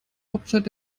hauptstadt